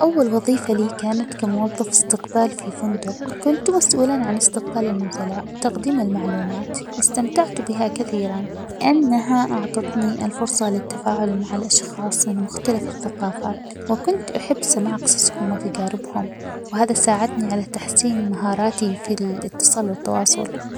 أول وظيفة لي كانت كموظف استقبال في فندق، كنت مسؤولًا عن استقبال النزلاء ،وتقديم المعلومات، استمتعت بها كثيرًا لأنها اعطتني الفرصة للتفاعل مع الاشخاص من مختلف الثقافات وكنت أحب سماع قصصهم ،وتجاربهم ،وهذا ساعدني على تحسين مهاراتي في -ال- الإتصال والتواصل.